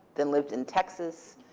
then lived in texas,